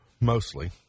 mostly